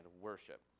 worship